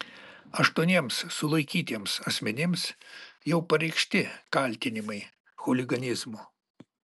aštuoniems sulaikytiems asmenims jau pareikšti kaltinimai chuliganizmu